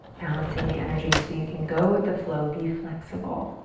balancing the energy so you can go with the flow, be flexible.